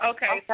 Okay